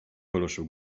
poruszył